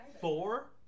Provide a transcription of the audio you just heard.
Four